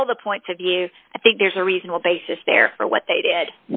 all the points of view i think there's a reasonable basis there for what they did